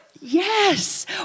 yes